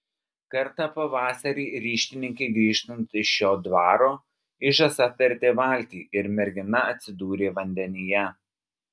kartą pavasarį ryšininkei grįžtant iš šio dvaro ižas apvertė valtį ir mergina atsidūrė vandenyje